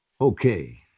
Okay